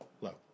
Low